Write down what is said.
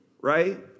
right